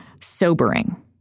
sobering